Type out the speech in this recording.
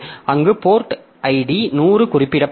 அங்கு port id 100 குறிப்பிடப்படும்